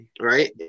right